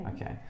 Okay